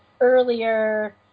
earlier